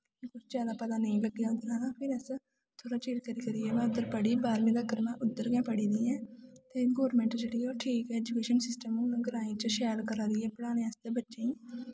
जादा पता नेईं लगदा हा फिर अस थोह्ड़ा चिर करी करियै में उद्धर पढ़ी बाह्रमीं तक्कर में उद्धर गै पढ़ी दी ऐं ते एह् गौरमैंट जेह्ड़ी ऐ ठीक ऐ ऐजुकेशन सिस्टम शैल करा दी ऐ ग्राएं च पढ़ाने आस्तै बच्चें गी